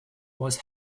was